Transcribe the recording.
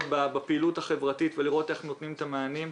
בפעילות החברתית ולראות איך נותנים את המענים.